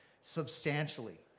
substantially